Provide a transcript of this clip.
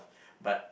but